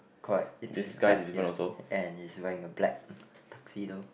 correct it's his pet here and he's wearing a black tuxedo